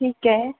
ठीक आहे